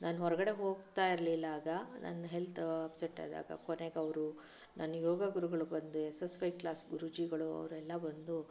ನಾನು ಹೊರಗಡೆ ಹೋಗ್ತಾ ಇರಲಿಲ್ಲ ಆಗ ನನ್ನ ಹೆಲ್ತ್ ಅಪ್ಸೆಟ್ ಆದಾಗ ಕೊನೆಗೆ ಅವರು ನನ್ನ ಯೋಗ ಗುರುಗಳು ಬಂದು ಎಸ್ ಎಸ್ ವಿ ಕ್ಲಾಸ್ ಗುರೂಜಿಗಳು ಅವರೆಲ್ಲ ಬಂದು